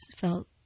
felt